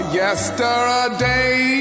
yesterday